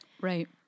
Right